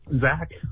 Zach